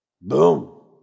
Boom